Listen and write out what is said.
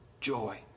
Joy